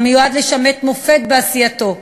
המיועד לשמש מופת בעשייתו,